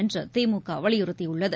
என்று திமுக வலியுறுத்தியுள்ளது